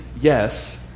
yes